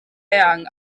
eang